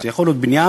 זה יכול להיות בניין,